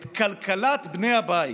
את כלכלת בני הבית.